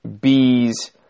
bees